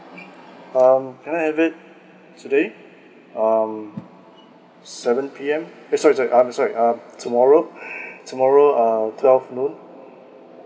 um can I have it today um seven P_M eh sorry sorry um sorry um tomorrow tomorrow uh twelve noon